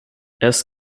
erst